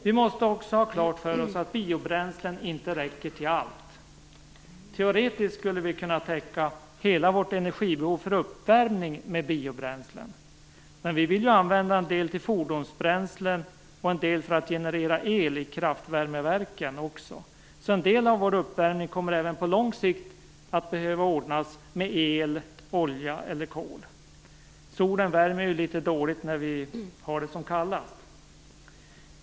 Vi måste också ha klart för oss att biobränslen inte räcker till allt. Teoretiskt skulle vi kunna täcka hela vårt energibehov för uppvärmning med biobränslen. Men vi vill ju även använda en del till fordonsbränsle och en del för att generera el i kraftvärmeverken. En del av vår uppvärmning kommer alltså även på lång sikt att behöva ordnas med el, olja eller kol. Solen värmer ju litet dåligt när vi har det som kallast.